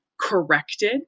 corrected